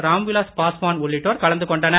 ராம்விலாஸ் பாஸ்வான் உள்ளிட்டோர் கலந்து கொண்டனர்